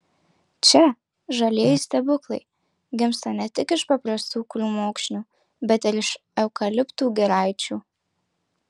čia žalieji stebuklai gimsta ne tik iš paprastų krūmokšnių bet ir iš eukaliptų giraičių